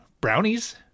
brownies